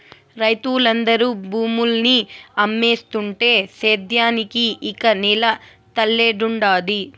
రైతులందరూ భూముల్ని అమ్మేస్తుంటే సేద్యానికి ఇక నేల తల్లేడుండాది